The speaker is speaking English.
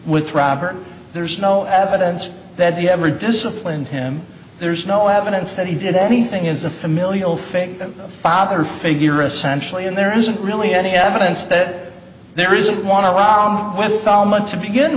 with robert there's no evidence that he ever disciplined him there's no evidence that he did anything is a familial fake father figure essentially and there isn't really any evidence that there isn't one alarm went on much to begin